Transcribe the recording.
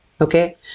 okay